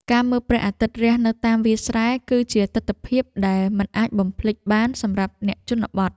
ការមើលព្រះអាទិត្យរះនៅតាមវាលស្រែ គឺជាទិដ្ឋភាពដែលមិនអាចបំភ្លេចបានសម្រាប់អ្នកជនបទ។